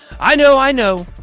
i know. i know.